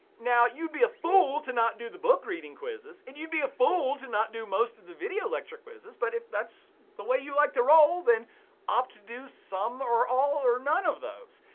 now, you'd be a fool to not do the book reading quizzes, and you'd be a fool to not do most of the video lecture quizzes, but if that's the way you like to roll, then opt to do some or all or none of those.